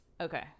Okay